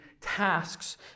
tasks